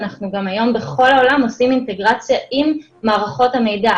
אנחנו גם היום בכל העולם עושים אינטגרציה עם מערכות המידע,